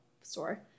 store